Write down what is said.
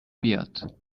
بیاد